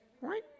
Right